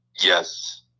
Yes